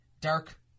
Dark